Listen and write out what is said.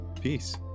peace